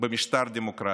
במשטר דמוקרטי.